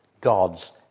God's